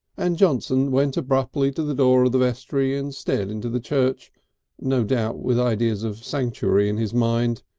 and johnson went abruptly to the door of the vestry and stared into the church no doubt with ideas of sanctuary in his mind.